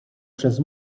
przez